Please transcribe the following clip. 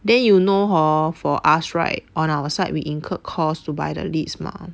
then you know hor for us right on our side we incurred costs to buy the leads mah